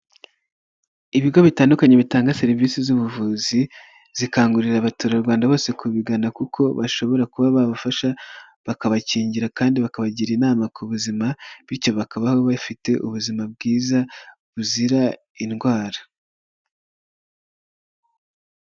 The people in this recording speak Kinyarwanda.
Ibigo bitandukanye bitanga serivisi z'ubuvuzi, bikangurira abaturarwanda bose kubigana kuko bashobora kuba babafasha bakabakingira, kandi bakabagira inama ku buzima, bityo bakababaho bafite ubuzima bwiza buzira indwara.